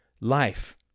life